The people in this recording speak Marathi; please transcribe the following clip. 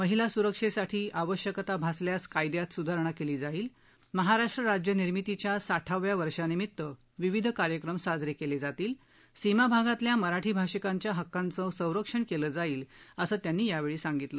महिला सुरक्षेसाठी आवश्यकता भासल्यास कायद्यात सुधारणा केली जाईल महाराष्ट्र राज्यनिर्मितीच्या साठाव्या वर्षानिमित्त विविध कार्यक्रम साजरे केले जातील सीमाभागातल्या मराठी भाषिकांच्या हक्काचं संरक्षण केलं जाईल असं त्यांनी यावेळी सांगितलं